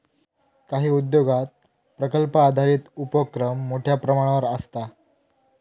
काही उद्योगांत प्रकल्प आधारित उपोक्रम मोठ्यो प्रमाणावर आसता